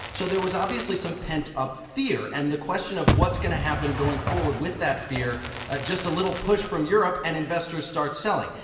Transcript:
so there was obviously some pent-up fear. and the question of what's going to happen going forward with that fear just a little push from europe and investors start selling.